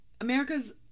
America's